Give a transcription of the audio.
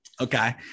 Okay